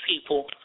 people